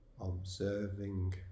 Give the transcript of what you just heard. observing